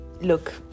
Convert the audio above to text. look